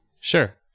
Sure